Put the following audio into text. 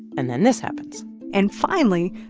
and then this happens and finally,